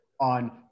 on